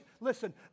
listen